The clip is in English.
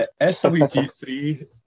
SWG3